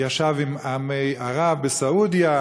ישב עם עמי ערב בסעודיה,